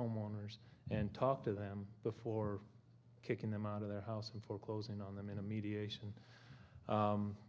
homeowners and talk to them before kicking them out of their house and foreclosing on them in a mediation